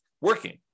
working